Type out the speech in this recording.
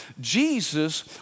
Jesus